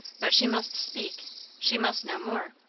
but she must speak she must know more.